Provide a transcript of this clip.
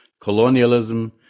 colonialism